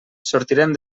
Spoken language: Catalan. sortirem